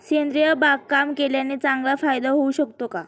सेंद्रिय बागकाम केल्याने चांगला फायदा होऊ शकतो का?